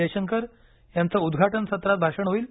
जयशंकर यांचं उद्वाटन सत्रात भाषण होईल